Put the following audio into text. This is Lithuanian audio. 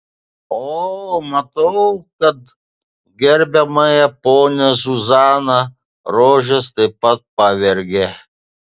o matau kad gerbiamąją ponią zuzaną rožės taip pat pavergė